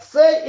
Say